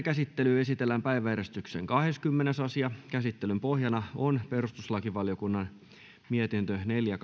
käsittelyyn esitellään päiväjärjestyksen kahdeskymmenes asia käsittelyn pohjana on perustuslakivaliokunnan mietintö neljä